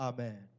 Amen